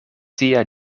tia